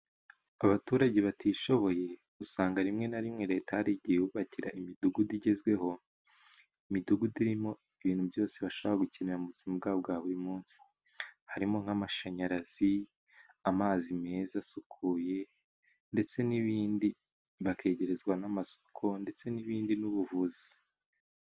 Abaturage batishoboye usanga rimwe na rimwe Leta hari igihe ibubakira imidugudu igezweho, imidugudu irimo ibintu byose bashobora gukenera mu buzima bwabo bwa buri munsi harimo nk'amashanyarazi ,amazi meza asukuye, ndetse n'ibindi bakegerezwa n'amasoko ndetse n'ibindi n'ubuvuzi.